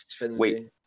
Wait